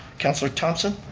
councilor thompson